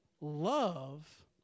love